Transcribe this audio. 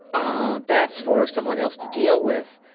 ah that's for someone else to deal with.